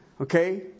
Okay